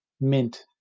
Mint